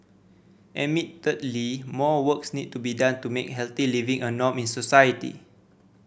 admittedly more works need to be done to make healthy living a norm in society